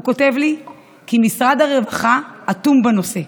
הוא כותב לי: כי משרד הרווחה אטום בנושא.